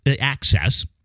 access